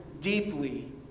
deeply